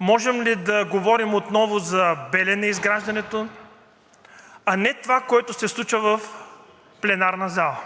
можем ли да говорим отново за изграждането на „Белене“, а не това, което се случва в пленарната зала.